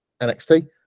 nxt